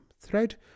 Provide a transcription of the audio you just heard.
thread